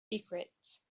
secrets